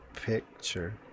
picture